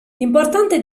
importante